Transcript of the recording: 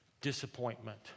disappointment